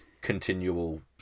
continual